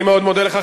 אני מאוד מודה לך.